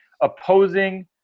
opposing